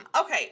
okay